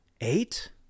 Eight